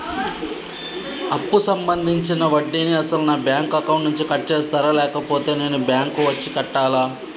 అప్పు సంబంధించిన వడ్డీని అసలు నా బ్యాంక్ అకౌంట్ నుంచి కట్ చేస్తారా లేకపోతే నేను బ్యాంకు వచ్చి కట్టాలా?